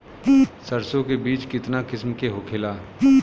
सरसो के बिज कितना किस्म के होखे ला?